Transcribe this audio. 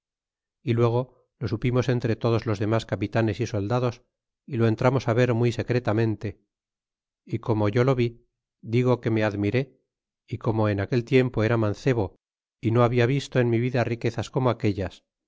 y luego lo supimos entre todos los demas capitanes y soldados y lo entramos ver muy secretamente y como yo lo vi digo que me admiré é como en aquel tiempo era mancebo y no habia visto en mi vida riquezas como aquellas